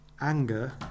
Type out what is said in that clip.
anger